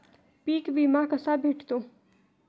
पीक विमा कसा भेटतो?